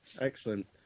Excellent